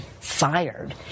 fired